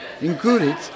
included